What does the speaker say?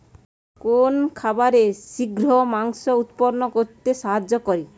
কোন খাবারে শিঘ্র মাংস উৎপন্ন করতে সাহায্য করে?